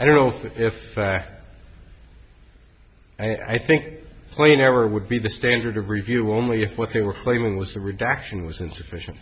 i don't know if i think well you never would be the standard of review only if what they were claiming was the reduction was insufficient